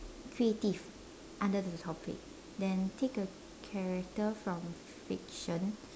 creative under the topic then take a character from fiction